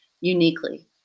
uniquely